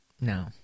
No